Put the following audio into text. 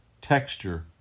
texture